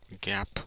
gap